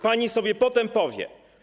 Pani sobie potem powie.